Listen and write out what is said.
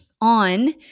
on